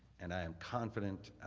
and i am confident